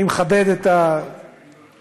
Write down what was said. אני מכבד את השאפתנות.